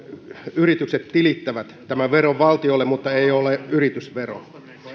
yritykset tilittävät tämän veron valtiolle mutta se ei ole yritysvero